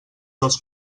dels